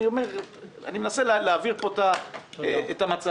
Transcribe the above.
אני מנסה להבהיר פה את המצב.